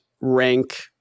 rank